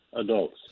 adults